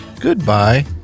Goodbye